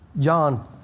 John